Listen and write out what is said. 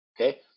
Okay